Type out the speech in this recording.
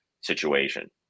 situation